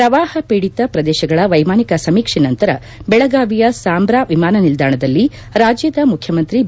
ಪ್ರವಾಪ ಪೀಡಿತ ಪ್ರದೇಶಗಳ ವೈಮಾನಿಕ ಸಮೀಕ್ಷೆ ನಂತರ ಬೆಳಗಾವಿಯ ಸಾಂಬ್ರಾ ವಿಮಾನ ನಿಲ್ದಾಣದಲ್ಲಿ ರಾಜ್ಯದ ಮುಖ್ಯಮಂತ್ರಿ ಬಿ